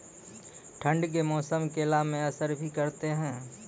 ठंड के मौसम केला मैं असर भी करते हैं?